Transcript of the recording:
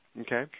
Okay